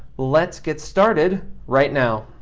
let's get started right now.